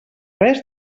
res